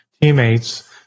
teammates